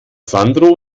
sandro